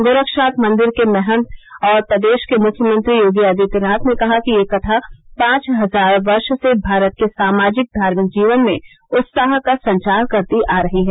गोरक्षनाथ मंदिर क महन्त और प्रदेश के मुख्यमंत्री योगी आदित्यनाथ ने कहा कि यह कथा पांच हजार वर्ष से भारत के सामाजिक धार्मिक जीवन में उत्साह का संचार करती आ रही है